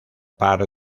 park